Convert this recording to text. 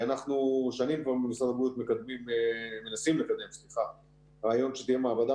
אנחנו שנים במשרד הבריאות מנסים לקדם רעיון שתהיה מעבדה